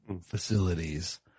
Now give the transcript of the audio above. facilities